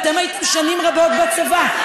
אתם הייתם שנים רבות בצבא,